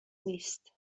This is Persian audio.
نیست